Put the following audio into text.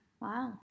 Wow